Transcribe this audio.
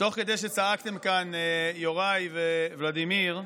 ותוך כדי שצעקתם כאן, יוראי וולדימיר,